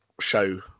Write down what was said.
show